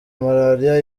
malariya